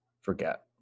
forget